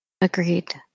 Agreed